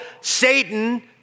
Satan